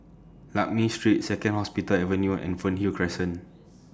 Lakme Street Second Hospital Avenue and Fernhill Crescent